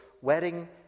wedding